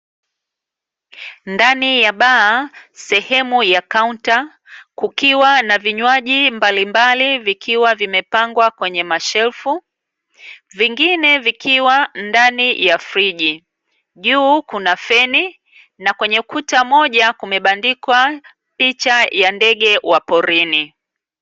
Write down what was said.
Ndani ya baa, sehemu ya kaunta kukiwa na vinywaji mbalimbali vikiwa vimepangwa kwenye mashelfu, vingine vikiwa ndani ya friji. Juu, kuna feni, na kwenye kuta moja kumebandikwa picha ya ndege wa porini.